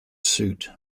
suit